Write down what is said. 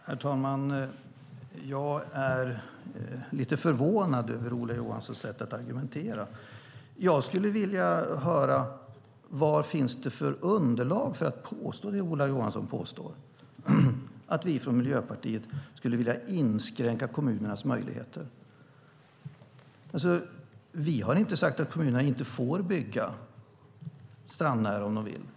Herr talman! Jag är lite förvånad över Ola Johanssons sätt att argumentera. Jag skulle vilja höra vad det finns för underlag för att påstå det Ola Johansson påstår, det vill säga att vi i Miljöpartiet skulle vilja inskränka kommunernas möjligheter. Vi har inte sagt att kommunerna inte får bygga strandnära om de vill.